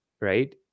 right